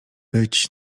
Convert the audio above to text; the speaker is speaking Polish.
być